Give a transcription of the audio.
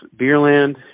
Beerland